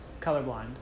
colorblind